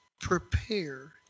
prepare